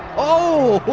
oh